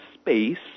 space